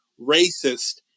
racist